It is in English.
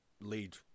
lead